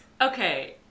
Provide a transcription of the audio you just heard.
Okay